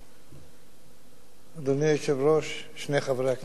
אדוני היושב-ראש, שני חברי הכנסת המכובדים,